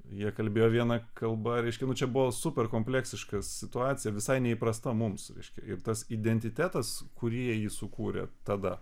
jie kalbėjo viena kalba reiškia čia buvo super kompleksiška situacija visai neįprasta mums reiškia ir tas identitetas kurį jie sukūrė tada